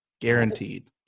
guaranteed